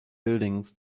buildings